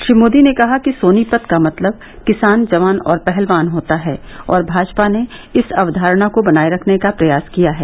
श्री मोदी ने कहा कि सोनीपत का मतलब किसान जवान और पहलवान होता है और भाजपा ने इस अवधारणा को बनाये रखने का प्रयास किया है